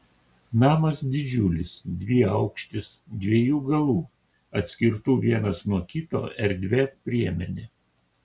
namas didžiulis dviaukštis dviejų galų atskirtų vienas nuo kito erdvia priemene